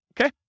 okay